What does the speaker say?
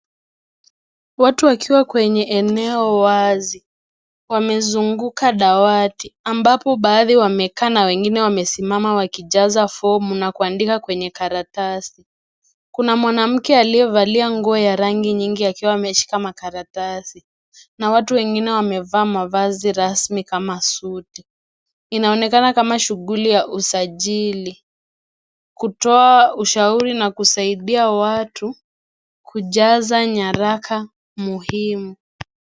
Watu wakiwa kwenye eneo wazi wamezunguka dawati ambapo baadhi wamekaa na wengine wamesimama wakijaza fomu na kuandikiwa kwenye karatasi, kuna mwanamke aliyevalia nguo ya rangi nyingi ameshika makaratasi na watu wengine wamevaa mavazi rasmi kama suti inaonekana kama shughuli ya usajili kutoa ushauri na kusaidia watu kujaza nyaraka muhimu.